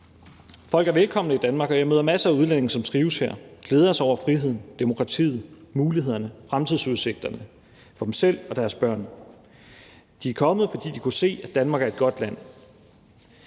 Folk er velkomne i Danmark, og jeg møder masser af udlændinge, som trives her og glæder sig over friheden, demokratiet, mulighederne, fremtidsudsigterne for sig selv og deres børn. De er kommet, fordi de kunne se, at Danmark er et godt land.